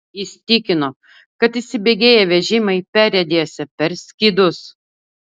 jis tikino kad įsibėgėję vežimai perriedėsią per skydus